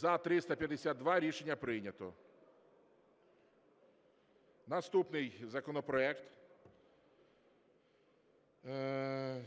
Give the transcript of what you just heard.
За-352 Рішення прийнято. Наступний законопроект